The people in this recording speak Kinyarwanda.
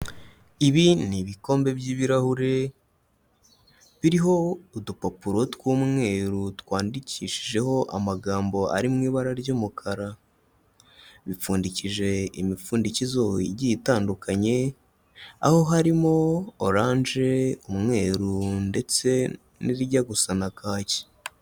Ibi ni ibikombe by'ibirahure, biriho udupapuro tw'umweru twandikishijeho amagambo ari mu ibara ry'umukara, bipfundikije imipfundikizo igiye itandukanye, aho harimo oranje, umweru ndetse n'irijya gusa na kaki.